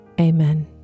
Amen